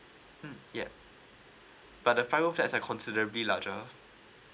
mm yup but the five room flat that considerably larger